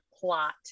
plot